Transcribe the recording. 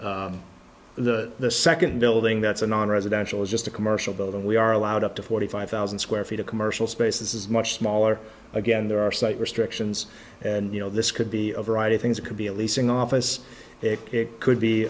the second building that's a nonresidential is just a commercial building we are allowed up to forty five thousand square feet of commercial space is much smaller again there are slight restrictions and you know this could be a variety of things it could be a leasing office it could be